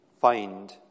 find